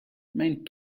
mijn